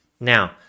Now